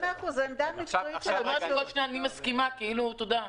את אומרת כל שנייה, אני מסכימה כאילו, תודה.